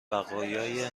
بقایای